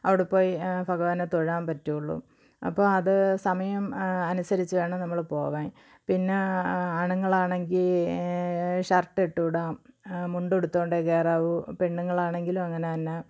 അവിടെപ്പോയി ഭഗവാനെ തൊഴാൻ പറ്റുള്ളൂ അപ്പോൾ അത് സമയം അനുസരിച്ച് വേണം നമ്മൾ പോവാൻ പിന്നെ ആണുങ്ങൾ ആണെങ്കിൽ ഷര്ട്ട് ഇട്ടൂടാ മുണ്ട് ഉടുത്തോണ്ടേ കയറാവൂ പെണ്ണുങ്ങളാണെങ്കിലും അങ്ങനെ തന്നെ